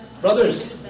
Brothers